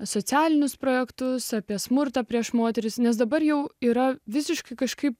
socialinius projektus apie smurtą prieš moteris nes dabar jau yra visiškai kažkaip